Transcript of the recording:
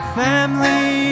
family